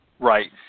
Right